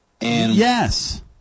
Yes